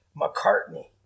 McCartney